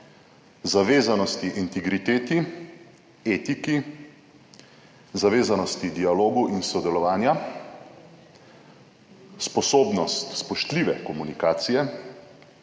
zavezanosti integriteti, etiki, zavezanosti dialogu in sodelovanja, sposobnost spoštljive komunikacije,